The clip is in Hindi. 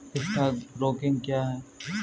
स्टॉक ब्रोकिंग क्या है?